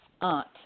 aunt